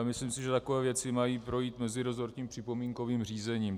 Myslím si, že takové věci mají projít meziresortním připomínkovým řízením.